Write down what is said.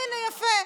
הינה, יפה.